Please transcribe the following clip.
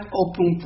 open